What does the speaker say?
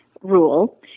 rule